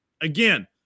Again